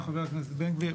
רבה, חבר הכנסת בן גביר.